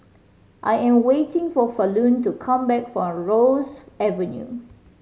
I am waiting for Falon to come back from Ross Avenue